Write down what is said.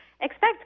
expect